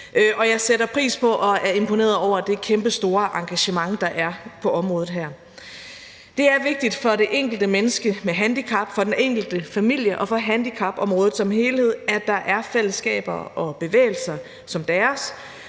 jeg sætter pris på og er imponeret over det kæmpestore engagement, der er på området her. Det er vigtigt for det enkelte menneske med handicap, for den enkelte familie og for handicapområdet som helhed, at der er fællesskaber og bevægelser som deres,